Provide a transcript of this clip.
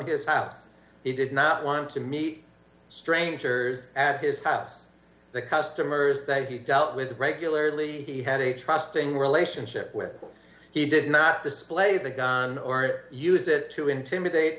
his house he did not want to meet strangers at his house the customers that he dealt with regularly he had a trusting relationship with he did not display the gun or use it to intimidate